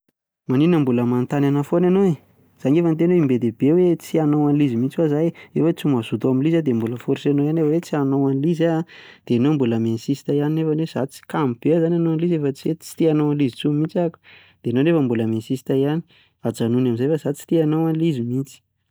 Maninona no mbola manontany an'ahy foana ianao e? Za ange efa niteny hoe in be dia be hoe tsy hanao an'ilay izy mihintsy hoa zaho e, efa hoe tsy mazoto amilay izy aho dia mbola mi-insista ihany nefa hoe za tsy, kamo be aho ihany hanao an'ilay izy e, efa hoe tsy te hanao an'ilay izy mihintsy aho, dia ianao nefa mbola mi-insista ihany, ajanony amin'izay fa za tsy te hanao an'ilay izy mihintsy!